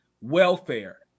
welfare